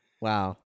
Wow